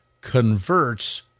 converts